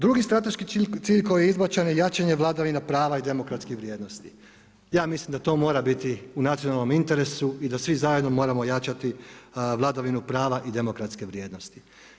Drugi strateški cilj koji je izbačen je jačanje vladavina prava i demokratskih vrijednosti. ja mislim da to mora biti u nacionalnom interesu i da svi zajedno moramo jačati vladavinu prava i demokratske vrijednosti.